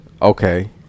okay